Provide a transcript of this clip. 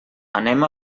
anem